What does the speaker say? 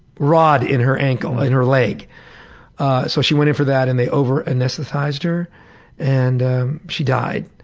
rod in her and like her leg, so she went in for that and they over-anesthetized her and she died.